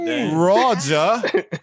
Roger